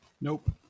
Nope